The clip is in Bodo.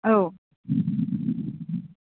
औ